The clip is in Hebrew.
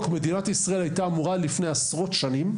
אבל מדינת ישראל הייתה אמורה לפני עשרות שנים,